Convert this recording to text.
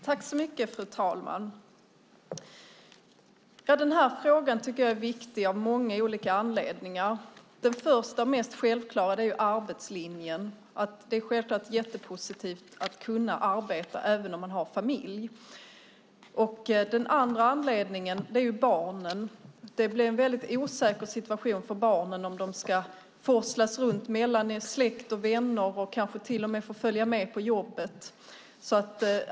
Fru talman! Den här frågan tycker jag är viktig av många olika anledningar. Den första och mest självklara är arbetslinjen. Det är självklart jättepositivt att kunna arbeta även om man har familj. Den andra anledningen är barnen. Det blir en väldigt osäker situation för barnen om de ska forslas runt mellan ens släkt och vänner och kanske till och med få följa med på jobbet.